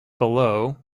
below